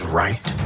right